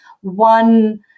one